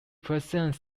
present